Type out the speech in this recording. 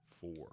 Four